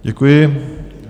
Děkuji.